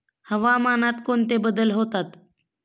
हवामानात कोणते बदल होतात?